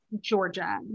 Georgia